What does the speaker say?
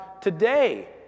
today